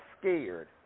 scared